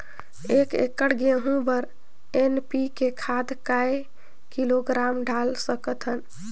एक एकड़ गहूं बर एन.पी.के खाद काय किलोग्राम डाल सकथन?